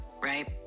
right